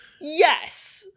Yes